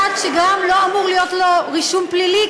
כאחד שגם לא אמור להיות לו רישום פלילי.